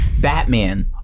Batman